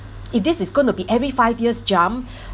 if this is going to be every five years jump